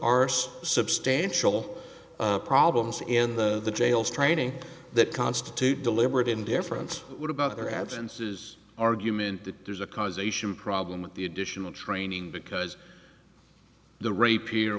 are substantial problems in the jails training that constitute deliberate indifference what about their absences argument that there's a causation problem with the additional training because the rapier